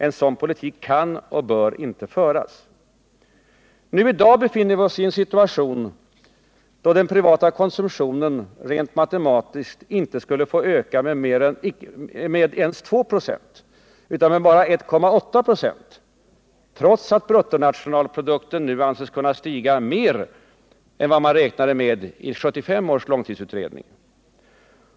”En sådan politik kan och bör inte föras.” I dag befinner vi oss i en situation, då den privata konsumtionen rent matematiskt inte skulle få öka med ens 2 26, utan bara med 1,8 96, trots att bruttonationalprodukten nu anses kunna stiga mer än vad man räknade med i 1975 års långtidsutredning.